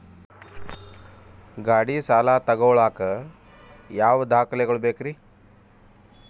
ಗಾಡಿ ಸಾಲ ತಗೋಳಾಕ ಯಾವ ದಾಖಲೆಗಳ ಬೇಕ್ರಿ?